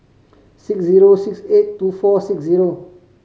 six zero six eight two four six zero